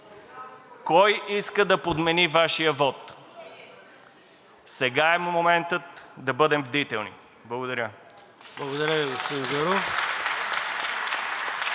кой иска да подмени Вашия вот! Сега е моментът да бъдем бдителни! Благодаря.